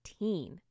18%